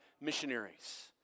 missionaries